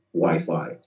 Wi-Fi